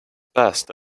passed